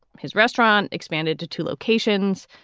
his restaurant expanded to two locations.